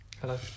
Hello